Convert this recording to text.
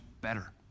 better